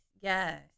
yes